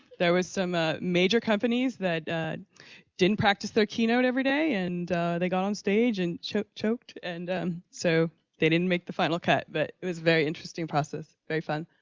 there was some ah major companies that didn't practice their keynote everyday and they got on stage and choked choked and so they didn't make the final cut. but it was a very interesting process very fun.